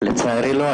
לצערי לא.